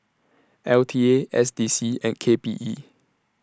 L T A S D C and K P E